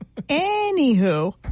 anywho